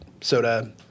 soda